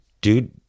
Dude